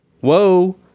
whoa